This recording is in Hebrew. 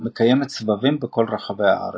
המקיימת סבבים בכל רחבי הארץ.